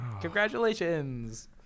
Congratulations